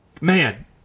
Man